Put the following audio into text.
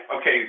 Okay